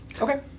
Okay